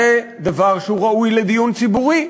זה דבר שראוי לדיון ציבורי,